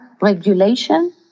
regulation